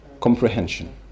comprehension